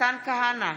מתן כהנא,